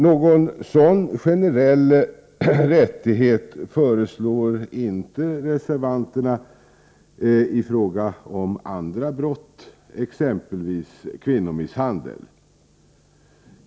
Någon sådan generell rättighet föreslår reservanterna inte i fråga om andra brott, exempelvis kvinnomisshandel.